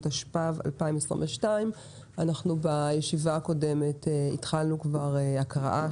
התשפ"ב 2022. בישיבה הקודמת התחלנו הקראה